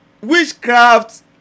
Witchcraft